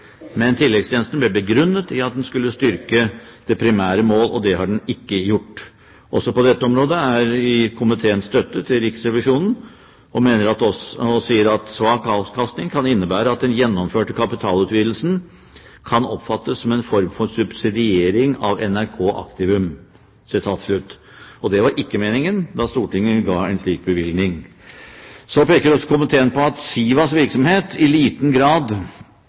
Men tilleggstjenesten ble begrunnet i at det skulle styrke det primære mål, og det har den ikke gjort. Også på dette området gir komiteen støtte til Riksrevisjonen, som mener at «svak avkastning kan innebære at den gjennomførte kapitalutvidelsen kan oppfattes som en form for subsidiering av NRK Aktivum». Det var ikke meningen da Stortinget ga en slik bevilgning. Så peker også komiteen på at SIVAs virksomhet i liten grad